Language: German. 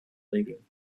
regeln